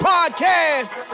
Podcast